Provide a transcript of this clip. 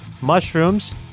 mushrooms